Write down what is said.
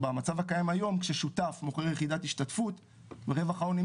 במצב הקיים היום כששותף מוכר יחידת השתתפות רווח ההון,